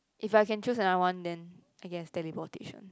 if I can choose another one then I guess teleportation